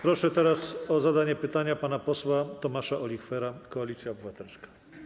Proszę teraz o zadanie pytania pana posła Tomasza Olichwera, Koalicja Obywatelska.